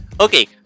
okay